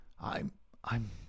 I'm—I'm